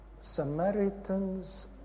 Samaritans